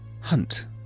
Hunt